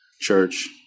church